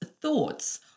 thoughts